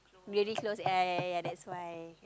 really close ya ya ya ya that's why